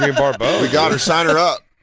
like barbeau. we got her. sign her up!